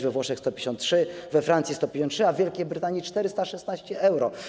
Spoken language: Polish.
we Włoszech - 153, we Francji - 153, a w Wielkie Brytanii - 416 euro!